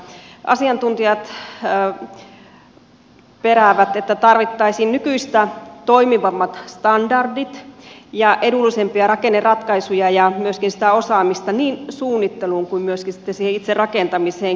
asiantuntijat peräävät että tarvittaisiin nykyistä toimivammat standardit edullisempia rakenneratkaisuja ja myöskin sitä osaamista niin suunnitteluun kuin myöskin sitten siihen itse rakentamiseen